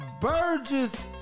Burgess